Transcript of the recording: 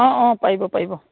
অঁ অঁ পাৰিব পাৰিব